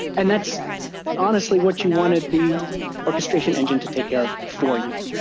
and that's honestly what you wanted the orchestration engine to take care of for you.